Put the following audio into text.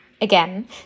Again